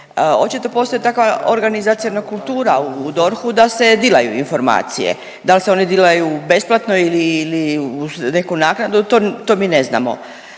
Očito postoji takva organizaciona kultura u DORH-u da se dilaju informacije, dal se one dilaju besplatno ili, ili uz neku naknadu to, to mi ne znamo.